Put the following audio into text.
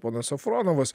ponas safronovas